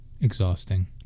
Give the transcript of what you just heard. exhausting